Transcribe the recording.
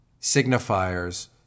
signifiers